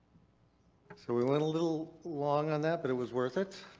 so we went a little long on that, but it was worth it.